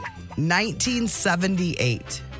1978